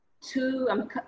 two